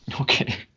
Okay